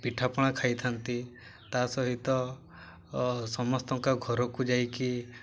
ପିଠାପଣା ଖାଇଥାନ୍ତି ତା ସହିତ ସମସ୍ତଙ୍କ ଘରକୁ ଯାଇକି